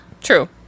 true